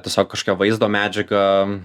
tiesiog kažkokią vaizdo medžiagą